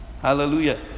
Hallelujah